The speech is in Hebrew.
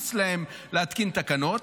להמליץ להם להתקין תקנות.